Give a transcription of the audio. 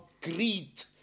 greed